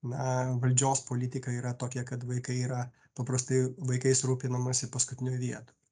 na valdžios politika yra tokia kad vaikai yra paprastai vaikais rūpinamasi paskutinioj vietoj